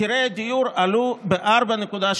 מחירי הדיור עלו ב-4.3%.